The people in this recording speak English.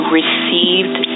received